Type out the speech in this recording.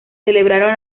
celebraron